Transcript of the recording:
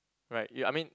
right you I mean